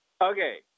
Okay